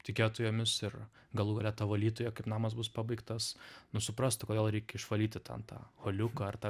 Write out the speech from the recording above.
tikėtų jomis ir galų gale ta valytoja kaip namas bus pabaigtas nu suprastų kodėl reikia išvalyti ten tą holiuką ar tą